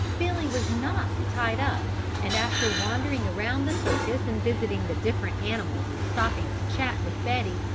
billy was not tied up and after wandering around the circus and visiting the different animals and stopping to chat with betty,